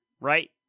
right